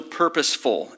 purposeful